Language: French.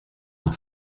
n’en